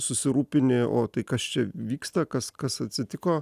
susirūpini o tai kas čia vyksta kas kas atsitiko